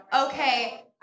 okay